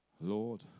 Lord